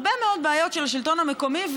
הרבה מאוד בעיות של השלטון המקומי.